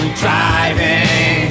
driving